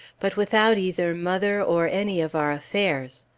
but without either mother or any of our affairs.